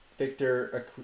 Victor